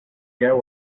there